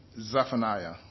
Zephaniah